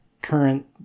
current